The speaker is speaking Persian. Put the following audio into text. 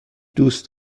دوست